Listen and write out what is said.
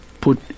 put